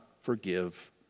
forgive